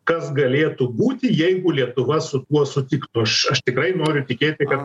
kas galėtų būti jeigu lietuva su tuo sutiktų aš aš tikrai noriu tikėti kad